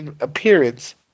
appearance